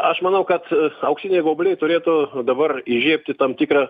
aš manau kad auksiniai gaubliai turėtų dabar įžiebti tam tikrą